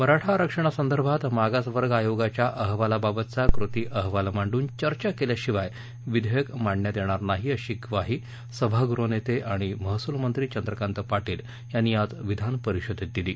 मराठा आरक्षणासंदर्भात मागासवर्ग आयोगाच्या अहवालाबाबतचा कृती अहवाल मांडून चर्चा केल्याशिवाय विधेयक मांडण्यात येणार नाही अशी ग्वाही सभागृह नेते आणि महसूल मंत्री चंद्रकांत पाटील यांनी आज विधानपरिषदेत दिली